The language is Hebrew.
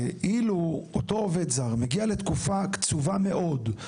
ואילו אותו עובד זר מגיע לתקופה קצובה מאוד.